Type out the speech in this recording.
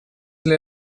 для